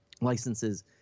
licenses